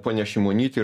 ponia šimonyte